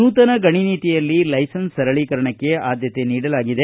ನೂತನ ಗಣಿ ನೀತಿಯಲ್ಲಿ ಲೈಸನ್ಸ್ ಸರಳೀಕರಣಕ್ಕೆ ಆದ್ಯತೆ ನೀಡಲಾಗಿದೆ